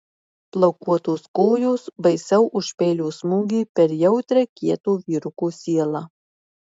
plaukuotos kojos baisiau už peilio smūgį per jautrią kieto vyruko sielą